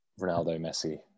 Ronaldo-Messi